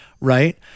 right